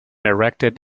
erected